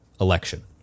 election